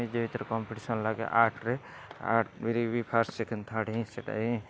ନିଜ ଭିତରେ କମ୍ପିଟିସନ୍ ଲାଗେ ଆର୍ଟ୍ ରେ ଆର୍ଟ୍ ରେ ବି ଫାଷ୍ଟ୍ ସେକେଣ୍ଡ୍ ଥାର୍ଡ଼୍ ହିଁ ସେଇଟାରେ ହିଁ